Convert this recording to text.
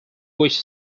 which